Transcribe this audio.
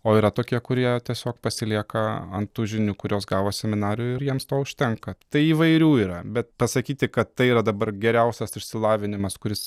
o yra tokie kurie tiesiog pasilieka ant tų žinių kurias gavo seminarijoj ir jiems to užtenka tai įvairių yra bet pasakyti kad tai yra dabar geriausias išsilavinimas kuris